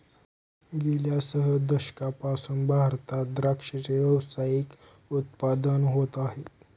गेल्या सह दशकांपासून भारतात द्राक्षाचे व्यावसायिक उत्पादन होत आहे